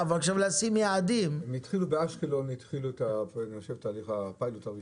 אני חושב שהתחילו באשקלון את הפיילוט הראשון.